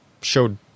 showed